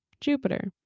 jupiter